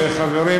חברים,